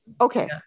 Okay